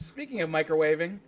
speaking of microwaving